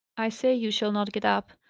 i say you shall not get up.